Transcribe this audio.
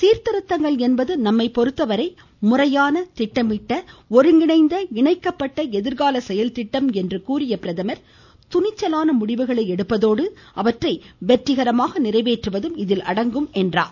சீர்திருத்தங்கள் என்பது நம்மை பொறுத்தவரை முறையான திட்டமிட்ட ஒருங்கிணைந்த இணைக்கப்பட்ட எதிர்கால செயல்திட்டம் என்று கூறிய அவர் துணிச்சலான முடிவுகளை எடுப்பதோடு அவற்றை வெற்றிகரமாக நிறைவேற்றுவதும் இதில் அடங்கும் என்றார்